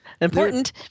Important